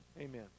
Amen